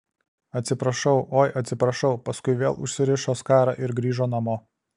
atsiprašau oi atsiprašau paskui vėl užsirišo skarą ir grįžo namo